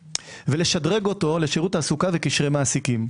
ולשדרג אותו לשירות תעסוקה וקשרי מעסיקים.